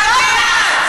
זה תדברי על החיים עצמם.